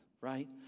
right